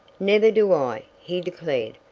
never do i, he declared,